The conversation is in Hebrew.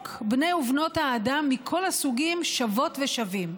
בני ובנות האדם מכל הסוגים שוות ושווים.